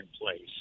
place